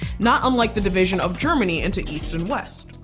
not unlike the division of germany into east and west.